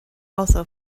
also